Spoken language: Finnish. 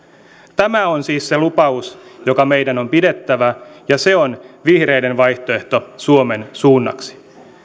tämä on siis se lupaus joka meidän on pidettävä ja se on vihreiden vaihtoehto suomen suunnaksi